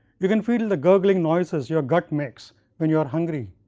you can feel the gurgling noises your gut makes when you are hungry.